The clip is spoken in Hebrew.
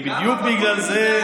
ובדיוק בגלל זה,